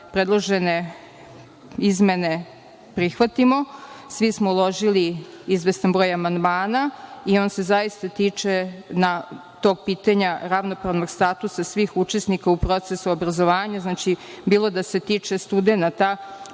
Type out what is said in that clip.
predložene izmene prihvatimo, svi smo uložili izvestan broj amandmana i on se zaista tiče tog pitanja ravnopravnog statusa svih učesnika u procesu obrazovanja, bilo da se tiče studenata,